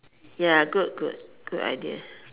ya good good good idea